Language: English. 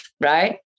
right